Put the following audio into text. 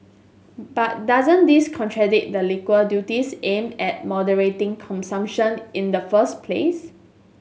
but doesn't this contradict the liquor duties aimed at moderating consumption in the first place